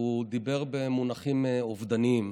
והוא דיבר במונחים אובדניים.